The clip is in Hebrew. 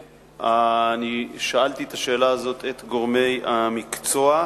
אני שאלתי את השאלה הזאת את גורמי המקצוע,